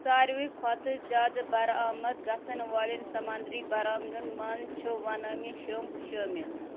سارِوٕے کھۅتہٕ زیادٕ بَرآمَد گژھن والٮ۪ن سمنٛدری برآمدن منٛز چھُ ونامیی شر٘مپ شٲمِل